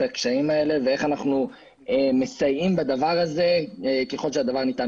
הקשיים האלה ואיך אנחנו מסייעים בדבר הזה ככל שזה ניתן,